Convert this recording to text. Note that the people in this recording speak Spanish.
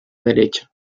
derecha